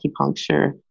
Acupuncture